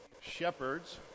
shepherds